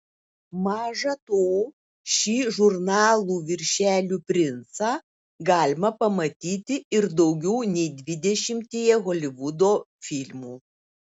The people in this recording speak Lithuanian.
maža to šį žurnalų viršelių princą galima pamatyti ir daugiau nei dvidešimtyje holivudo filmų